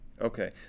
Okay